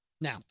Now-